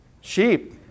Sheep